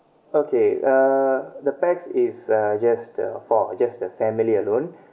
okay uh the pax is uh just uh four just the family alone